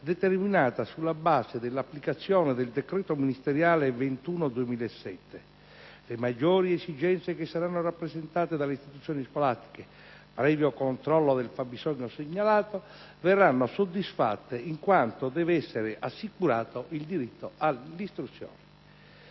determinata sulla base dell'applicazione del decreto ministeriale n. 21 del 2007; le maggiori esigenze che saranno rappresentate dalle istituzioni scolastiche, previo controllo del fabbisogno segnalato, verranno soddisfatte in quanto deve essere assicurato il diritto all'istruzione.